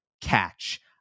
catch